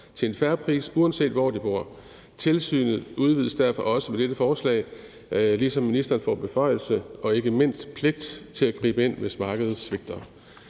til en fair pris, uanset hvor de bor. Tilsynet udvides derfor også med dette forslag, ligesom ministeren får beføjelse og ikke mindst pligt til at gribe ind, hvis markedet svigter.